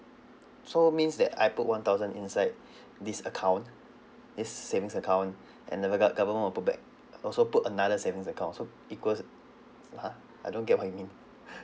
so means that I put one thousand inside this account this savings account and the gov~ government will put back uh also put another savings account so equals uh ha I don't get what you mean